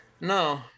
no